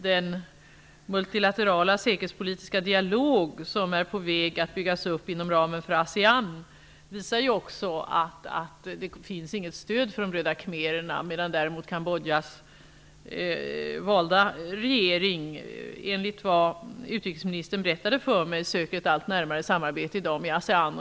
Den multilaterala säkerhetspolitiska dialog som är på väg att byggas upp inom ramen för Asean visar också att det inte finns något stöd för Röda khmererna, medan däremot Kambodjas valda regering, enligt vad utrikesministern berättade för mig, söker ett allt närmare samarbete med Asean.